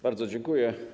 Bardzo dziękuję.